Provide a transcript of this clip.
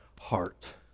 Heart